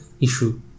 issue